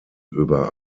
über